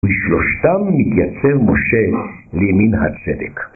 ושלושתם מתייצב משה לימין הצדק.